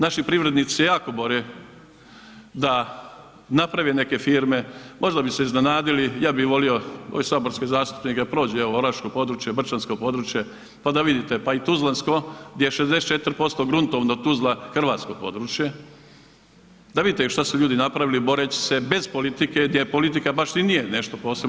Naši privrednici se jako bore da naprave neke firme, možda bi se iznenadili, ja bih volio, ove saborske zastupnike da prođu evo Oraško područje, Brčansko područje, pa da vidite, pa i Tuzlansko gdje je 64% gruntovno Tuzla Hrvatsko područje, da vidite i šta su ljudi napravili boreći se bez politike, gdje politika baš i nije nešto posebno.